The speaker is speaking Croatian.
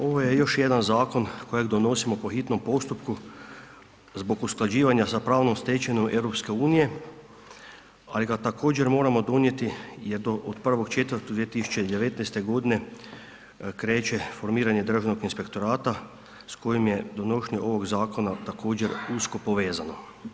Ovo je još jedan zakon kojeg donosimo po hitnom postupku zbog usklađivanja sa pravnom stečevinom EU-a ali ga također moramo donijeti jer od 1. 4. 2019. g. kreće formiranje Državnog inspektorata s kojim je donošenje ovog zakona također usko povezano.